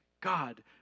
God